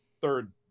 third